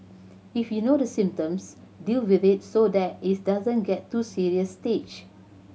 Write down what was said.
if you know the symptoms deal with it so that it doesn't get to a serious stage